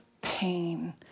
pain